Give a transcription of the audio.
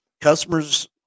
customers